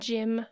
Jim